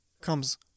comes